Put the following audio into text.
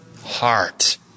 heart